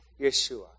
Yeshua